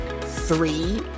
three